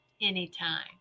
anytime